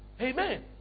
amen